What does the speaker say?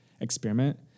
experiment